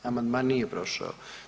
Amandman nije prošao.